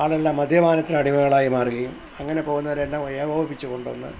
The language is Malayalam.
ആളെല്ലാം മദ്യപാനത്തിന് അടിമകളായി മാറുകയും അങ്ങനെ പോകുന്നവരെ എല്ലാം ഏകോപിപ്പിച്ചു കൊണ്ടുവന്ന്